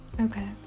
okay